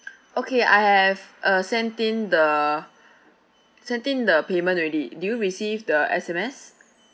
okay I have uh sent in the sent in the payment already do you receive the S_M_S